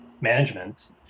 management